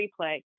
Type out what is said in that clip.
replay